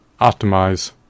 optimize